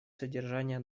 содержание